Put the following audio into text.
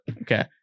okay